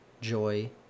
joy